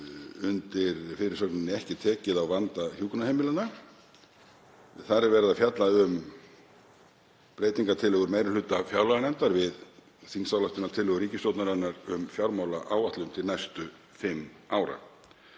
undir fyrirsögninni „Ekki tekið á vanda hjúkrunarheimilanna“. Þar var verið að fjalla um breytingartillögur meiri hluta fjárlaganefndar við þingsályktunartillögu ríkisstjórnarinnar um fjármálaáætlun til næstu fimm ára.